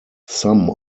some